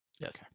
Yes